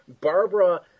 Barbara